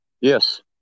Yes